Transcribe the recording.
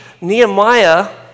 Nehemiah